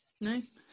Nice